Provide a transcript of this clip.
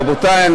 רבותי.